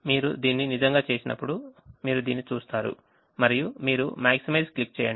మీరు దీన్ని నిజంగా చేసినప్పుడు మీరు దీన్ని చూస్తారు మరియు మీరు maximize క్లిక్ చేయండి